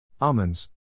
Almonds